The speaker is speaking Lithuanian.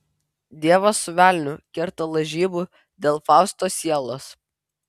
dievas su velniu kerta lažybų dėl fausto sielos